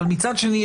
מצד שני,